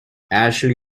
ashley